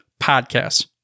podcasts